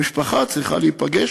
המשפחה צריכה להיפגש